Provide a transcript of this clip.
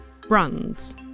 brands